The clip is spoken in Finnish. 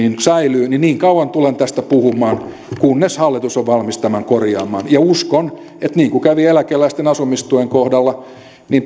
säilyy niin kauan tulen tästä puhumaan kunnes hallitus on valmis tämän korjaamaan ja uskon että niin kuin kävi eläkeläisten asumistuen kohdalla